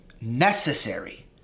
necessary